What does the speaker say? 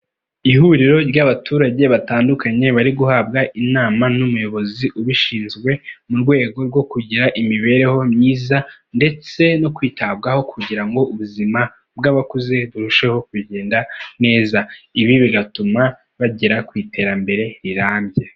Ihuriro ry'abaturage batandukanye bari guhabwa inama n'umuyobozi ubishinzwe, mu rwego rwo kugira imibereho myiza ndetse no kwitabwaho kugira ngo ubuzima bw'abakuze burusheho kugenda neza, ibi bigatuma bagera ku iterambere rirambye.